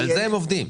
על זה הם עובדים.